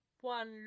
one